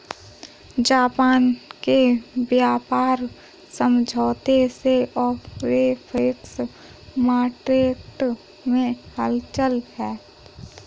Japan के व्यापार समझौते से फॉरेक्स मार्केट में हलचल है